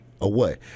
away